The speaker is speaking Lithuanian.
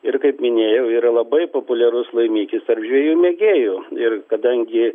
ir kaip minėjau yra labai populiarus laimikis tarp žvejų mėgėjų ir kadangi